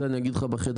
את זה אני אגיד לך בחדר,